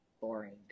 boring